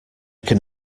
can